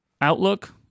outlook